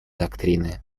доктрины